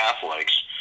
Catholics